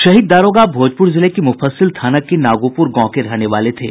शहीद दारोगा भोजपुर जिले के मुफस्सिल थाना के नागोपुर गांव के रहने वाले थे